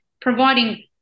providing